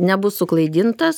nebus suklaidintas